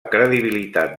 credibilitat